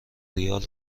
ریال